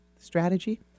strategy